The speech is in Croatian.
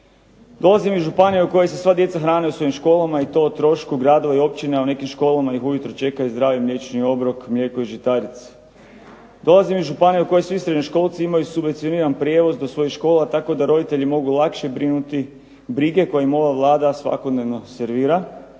Dolazim iz županije u kojoj se sva djeca hrane u svojim školama i to o trošku gradova i općina, a u nekim školama ih u jutro čeka i zdravi mliječni obrok mlijeko i žitarice. Dolazim iz županije u kojoj svi srednjoškolci imaju subvencioniran prijevoz do svojih škola, tako da roditelji mogu lakše brinuti brige koje im ova Vlada svakodnevno servira,